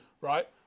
Right